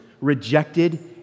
rejected